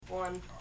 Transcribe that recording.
One